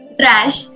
trash